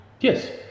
Yes